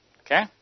Okay